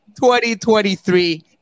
2023